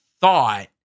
thought